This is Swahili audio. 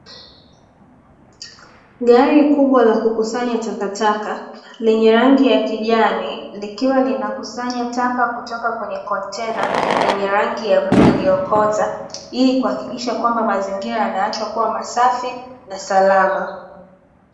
Gari kubwa la kukusanya takataka, lenye rangi ya kijani, likiwa linakusanya taka kutoka kwenye kontena lenye rangi ya bluu iliyokoza, ili kuakikisha kwamba mazingira yanaachwa kuwa masafi na salama.